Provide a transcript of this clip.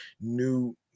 new